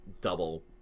double